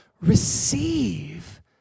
receive